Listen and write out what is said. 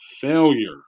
failure